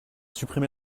supprimé